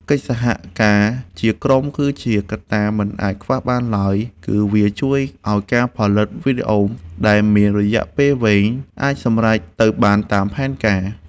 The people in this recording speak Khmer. កិច្ចសហការជាក្រុមគឺជាកត្តាមិនអាចខ្វះបានឡើយ គឺ វាជួយឱ្យការផលិតវីដេអូដែលមានរយៈពេលវែងអាចសម្រេចទៅបានតាមផែនការ។